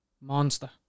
Monster